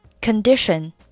condition